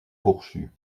fourchue